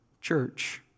church